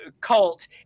cult